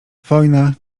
wojna